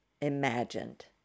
imagined